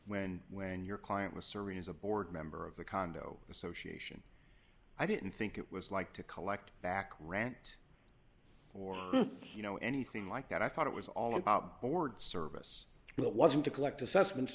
when when your client was serving as a board member of the condo association i didn't think it was like to collect back rant or you know anything like that i thought it was all about board service it wasn't to collect assessments